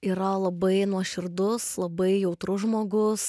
yra labai nuoširdus labai jautrus žmogus